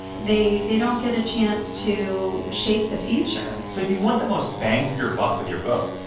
they they don't get a chance to shape the future so if you want the most bang for your buck with your vote,